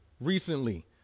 recently